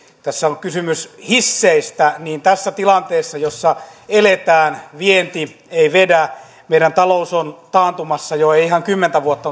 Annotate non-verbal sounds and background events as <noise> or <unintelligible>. tässä on kysymys hisseistä että tässä tilanteessa jossa eletään vienti ei vedä meidän taloutemme on taantumassa ei ihan kymmentä vuotta <unintelligible>